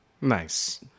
Nice